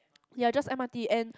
ya just M_R_T and